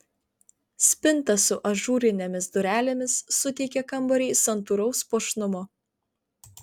spinta su ažūrinėmis durelėmis suteikia kambariui santūraus puošnumo